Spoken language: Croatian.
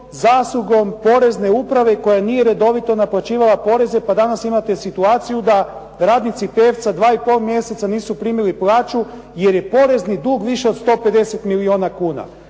zaslugom porezne uprave koja nije redovito naplaćivala poreze pa danas imate situaciju da radnici "Peveca" dva i pol mjeseca nisu primili plaću jer je porezni dug više od 150 milijuna kuna.